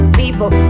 people